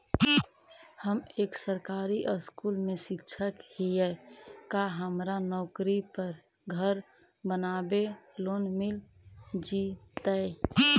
हम एक सरकारी स्कूल में शिक्षक हियै का हमरा नौकरी पर घर बनाबे लोन मिल जितै?